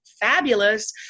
fabulous